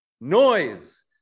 noise